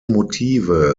motive